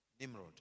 Nimrod